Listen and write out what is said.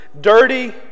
dirty